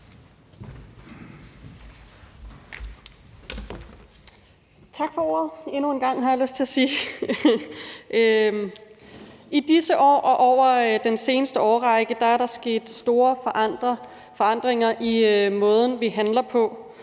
Tak for ordet – endnu en gang, har jeg lyst til at sige. I disse år og over den seneste årrække er der sket store forandringer i måden, vi handler på,